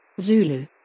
Zulu